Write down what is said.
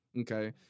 Okay